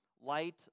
light